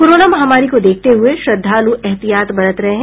corona महामारी को देखते हुए श्रद्धालू एहतियात बरत रहे हैं